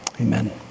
amen